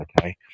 okay